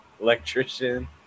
electrician